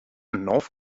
north